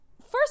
first